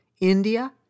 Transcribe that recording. India